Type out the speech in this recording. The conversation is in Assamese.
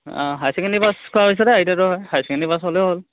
অঁ হাই চেকেণ্ডাৰী পাছ কৰা হৈছেটো এতিয়াটো হাই চেকেণ্ডাৰী পাছ হ'লে হ'ল